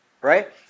right